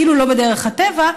שכאילו לא בדרך הטבע,